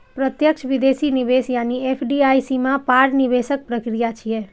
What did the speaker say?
प्रत्यक्ष विदेशी निवेश यानी एफ.डी.आई सीमा पार निवेशक प्रक्रिया छियै